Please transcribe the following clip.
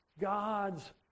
God's